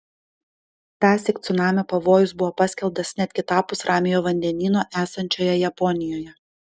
tąsyk cunamio pavojus buvo paskelbtas net kitapus ramiojo vandenyno esančioje japonijoje